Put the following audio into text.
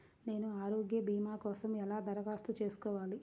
నేను ఆరోగ్య భీమా కోసం ఎలా దరఖాస్తు చేసుకోవాలి?